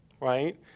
right